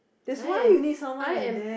I am I am